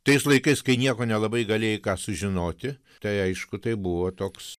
tais laikais kai nieko nelabai galėjai ką sužinoti tai aišku tai buvo toks